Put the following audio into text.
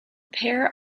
pair